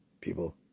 people